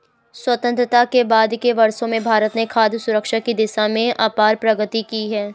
स्वतंत्रता के बाद के वर्षों में भारत ने खाद्य सुरक्षा की दिशा में अपार प्रगति की है